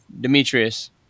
Demetrius